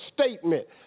statement